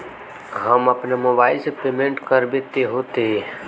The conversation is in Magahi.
हम अपना मोबाईल से पेमेंट करबे ते होते?